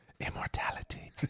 Immortality